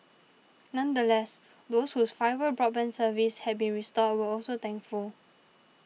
nonetheless those whose fibre broadband service had been restored were also thankful